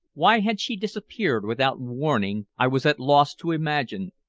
why had she disappeared without warning i was at loss to imagine,